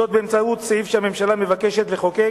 זאת באמצעות סעיף שהממשלה מבקשת לחוקק